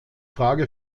frage